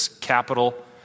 capital